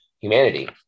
humanity